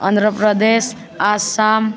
Andhra Pradesh Assam